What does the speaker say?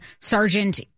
Sergeant